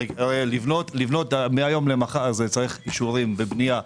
לבנות מהיום למחר, צריך אישור לבנייה.